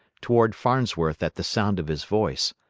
toward farnsworth at the sound of his voice,